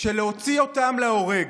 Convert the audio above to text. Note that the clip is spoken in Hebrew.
של להוציא אותם להורג.